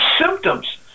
symptoms